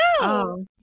No